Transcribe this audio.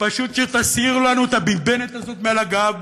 פשוט שתסירו לנו את הביבנט הזאת מעל הגב,